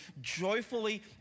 joyfully